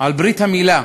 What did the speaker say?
על ברית המילה,